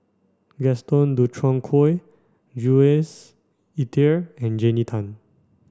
Gaston Dutronquoy Jules Itier and Jannie Tay